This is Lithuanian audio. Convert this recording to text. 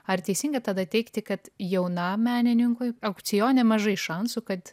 ar teisinga tada teigti kad jaunam menininkui aukcione mažai šansų kad